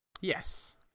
Yes